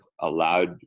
allowed